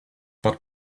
but